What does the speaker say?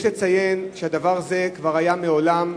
יש לציין שדבר זה כבר היה מעולם,